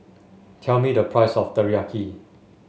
tell me the price of Teriyaki